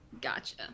Gotcha